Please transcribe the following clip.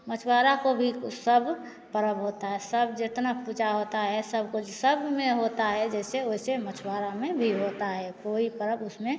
मछुवारा को भी सब परब होता है सब जितना पूजा होता है सबकुछ सब में होता है जैसे वैसे मछुवारा में भी होता है कोई परब उसमें